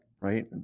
Right